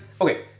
okay